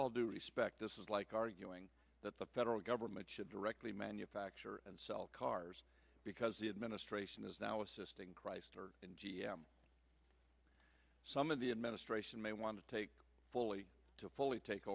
all due respect this is like arguing that the federal government should directly manufacture and sell cars because the administration is now assisting chrysler and g m some of the administration may want to take fully to fully take